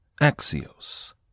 Axios